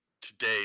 today